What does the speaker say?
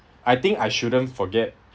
I think I shouldn't forget